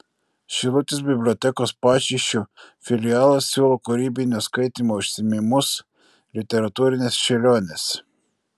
šilutės bibliotekos pašyšių filialas siūlo kūrybinio skaitymo užsiėmimus literatūrinės šėlionės